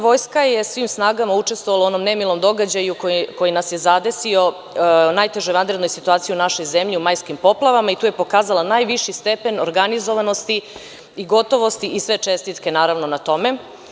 Vojska je svim snagama učestvovala u onom nemilom događaju koji nas je zadesio najtežojvanrednoj situaciji u našoj zemlji, u majskim poplavama i tu je pokazala najviši stepen organizovanosti i gotovosti i sve čestitke na tome.